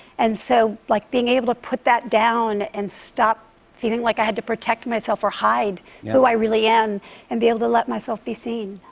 and so, like, being able to put that down and stop feeling like i had to protect myself or hide who i really am and be able to let myself be seen.